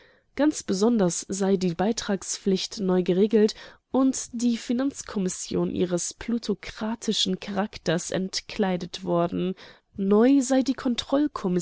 ganz besonders sei die beitragspflicht neu geregelt und die finanzkommission ihres plutokratischen charakters entkleidet worden neu sei die